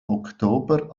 oktober